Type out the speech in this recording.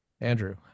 Andrew